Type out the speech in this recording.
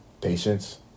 patience